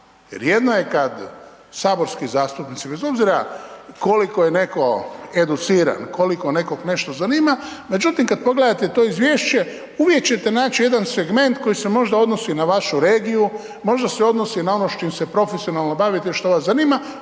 jer jedno je kad saborski zastupnici, bez obzira koliko je netko educiran, koliko nekog nešto zanima, međutim, kad pogledate to izvješće, uvijek ćete naći jedan segment koji se možda odnosi na vašu regiju, možda se odnosi na ono s čim se profesionalno bavite, što vas zanima,